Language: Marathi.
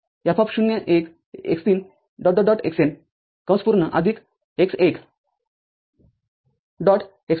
F१ 0 x३ xN x२